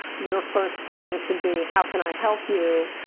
your first thing should be, how can i help you?